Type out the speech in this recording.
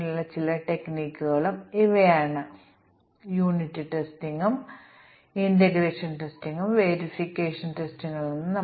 അതിനാൽ ഞങ്ങൾ ചില അടിസ്ഥാന ഇന്റേഗ്രേഷൻ ടെസ്റ്റിങ് സാങ്കേതിക വിദ്യകൾ നോക്കി